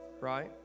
right